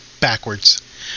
backwards